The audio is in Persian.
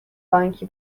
بانکی